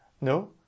No